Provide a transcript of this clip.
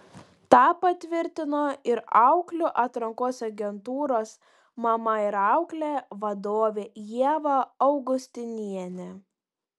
tą patvirtino ir auklių atrankos agentūros mama ir auklė vadovė ieva augustinienė